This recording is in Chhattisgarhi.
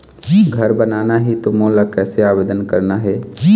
घर बनाना ही त मोला कैसे आवेदन करना हे?